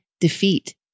defeat